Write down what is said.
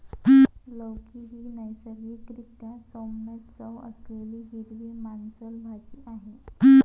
लौकी ही नैसर्गिक रीत्या सौम्य चव असलेली हिरवी मांसल भाजी आहे